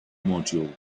module